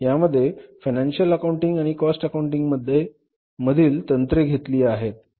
यामध्ये financial accounting आणि cost accounting मधील तंत्रे घेतली आहेत